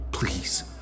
Please